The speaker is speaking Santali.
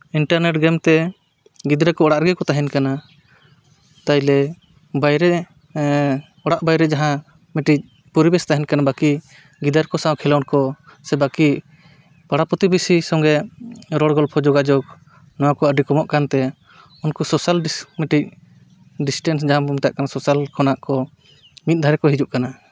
ᱤᱱᱴᱟᱨᱱᱮᱴ ᱜᱮᱢ ᱛᱮ ᱜᱤᱫᱽᱨᱟᱹ ᱠᱚ ᱚᱲᱟᱜ ᱨᱮᱜᱮ ᱠᱚ ᱛᱟᱦᱮᱱ ᱠᱟᱱᱟ ᱛᱟᱭᱞᱮ ᱵᱟᱭᱨᱮ ᱚᱲᱟᱜ ᱵᱟᱭᱨᱮ ᱡᱟᱦᱟᱸ ᱢᱤᱫᱴᱤᱡ ᱯᱚᱨᱤᱵᱮᱥ ᱛᱟᱦᱮᱱ ᱠᱟᱱᱟ ᱵᱟᱠᱤ ᱜᱤᱫᱟᱹᱨ ᱠᱚ ᱥᱟᱶ ᱠᱷᱮᱸᱞᱳᱰ ᱠᱚ ᱥᱟᱶ ᱥᱮ ᱵᱟᱠᱤ ᱯᱟᱲᱟ ᱯᱨᱚᱛᱤᱵᱤᱥᱤ ᱥᱚᱸᱜᱮ ᱨᱚᱲ ᱜᱚᱞᱯᱷᱚ ᱡᱳᱜᱟᱡᱳᱜᱽ ᱱᱚᱣᱟ ᱠᱚ ᱟᱹᱰᱤ ᱠᱚᱢᱚᱜ ᱠᱟᱱ ᱛᱮ ᱩᱱᱠᱩ ᱥᱳᱥᱟᱞ ᱢᱤᱫᱴᱤᱡ ᱰᱤᱥᱴᱮᱱᱥ ᱡᱟᱦᱟᱸ ᱠᱚ ᱢᱮᱛᱟᱜ ᱠᱟᱱᱟ ᱥᱳᱥᱟᱞ ᱠᱷᱚᱱᱟᱜ ᱠᱚ ᱢᱤᱫ ᱫᱷᱟᱨᱮ ᱠᱚ ᱦᱤᱡᱩᱜ ᱠᱟᱱᱟ